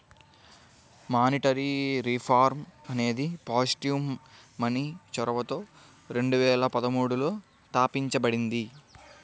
monetary reform అనేది positive money చొరవతో రెండు వేల పదమూడులో తాపించబడింది